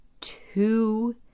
two